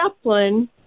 chaplain